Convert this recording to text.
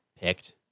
picked